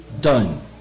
done